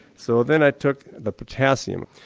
so then i took the potassium.